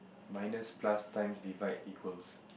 minus plus times divide equals